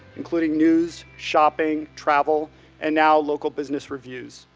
including news, shopping, travel and now local business reviews.